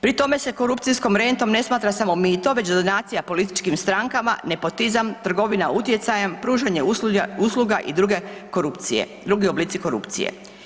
Pri tome se korupcijskom rentom ne smatra samo mito već donacija političkim strankama, nepotizam, trgovina utjecajem, pružanjem usluga i drugi oblici korupcije.